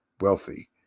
wealthy